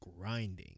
grinding